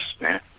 man